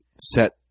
set